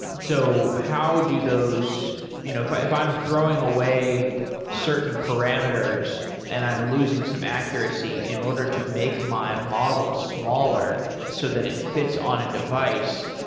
so how do those you know if if i'm throwing away certain parameters and i'm losing some accuracy in order to make my model smaller so that it fits on a device,